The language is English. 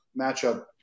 matchup